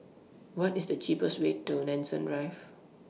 What IS The cheapest Way to Nanson Drive